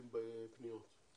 פרטים.